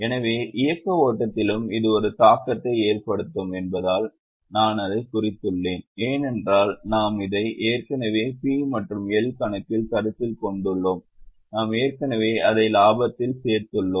எனவே இயக்க ஓட்டத்திலும் இது ஒரு தாக்கத்தை ஏற்படுத்தும் என்பதால் நான் அதைக் குறித்துள்ளேன் ஏனென்றால் நாம் இதை ஏற்கனவே P மற்றும் L கணக்கில் கருத்தில் கொண்டுள்ளோம் நாம் ஏற்கனவே அதை லாபத்தில் சேர்த்துள்ளோம்